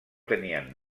tenien